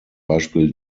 beispiel